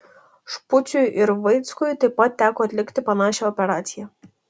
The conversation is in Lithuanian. špuciui ir vaickui taip pat teko atlikti panašią operaciją